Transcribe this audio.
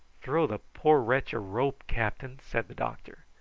throw the poor wretch a rope, captain, said the doctor.